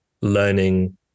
learning